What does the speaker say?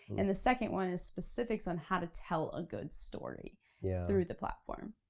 and the second one is specifics on how to tell a good story yeah through the platform.